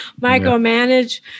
micromanage